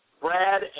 Brad